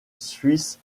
suisse